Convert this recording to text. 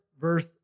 verse